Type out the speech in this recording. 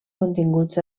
continguts